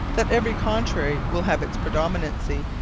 that every contrary will have its predominancy,